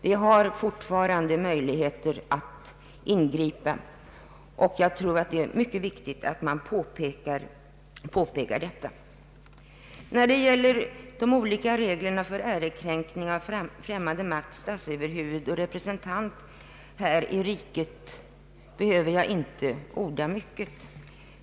Vi har fortfarande möjligheter att ingripa, och jag tror att det är mycket viktigt att påpeka detta. När det gäller de olika reglerna för ärekränkning av främmande makts statsöverhuvud och representant här i riket behöver jag inte orda mycket.